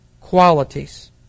qualities